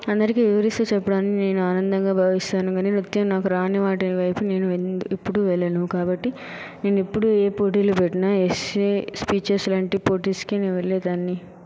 అందరికీ వివరిస్తూ చెప్పడాని నేను ఆనందంగా భావిస్తాను కాని నృత్యం నాకు రాని వాటి వైపు నేను ఎం ఎప్పుడు వెళ్ళను కాబట్టి నేను ఎప్పుడు ఏ పోటీలు పెట్టిన ఎస్సే స్పీచెస్ వంటి పోటీస్కి నేను వెళ్ళే దాన్ని